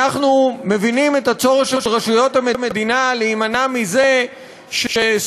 אנחנו מבינים את הצורך של רשויות המדינה להימנע מזה שסוכנים